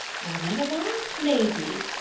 or a man of art, lady,